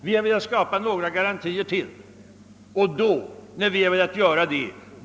Vi har velat skapa ytterligare några garantier.